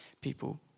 people